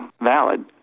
valid